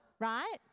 right